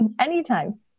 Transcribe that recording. Anytime